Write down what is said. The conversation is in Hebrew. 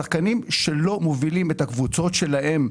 שחקנים שלא מובילים את הקבוצות שלהם,